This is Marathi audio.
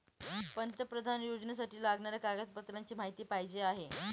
पंतप्रधान योजनेसाठी लागणाऱ्या कागदपत्रांची माहिती पाहिजे आहे